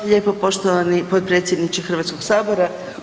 lijepo poštovani potpredsjedniče Hrvatskog sabora.